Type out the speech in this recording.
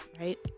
right